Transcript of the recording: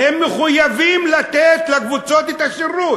הם מחויבים לתת לקבוצות את השירות.